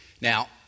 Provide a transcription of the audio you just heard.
Now